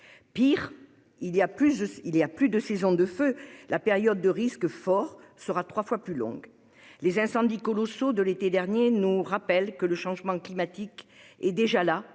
Pire, il n'y a plus de « saison des feux »; la période à risque fort sera trois fois plus longue. Les incendies colossaux de l'été dernier nous rappellent que le changement climatique est déjà là,